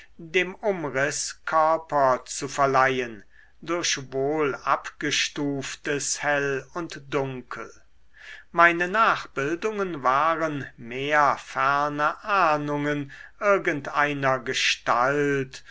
dem umriß körper zu verleihen durch wohlabgestuftes hell und dunkel meine nachbildungen waren mehr ferne ahnungen irgend einer gestalt